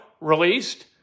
released